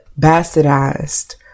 bastardized